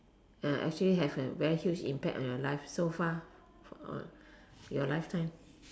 ya actually have a very huge impact on your life so far for your lifetime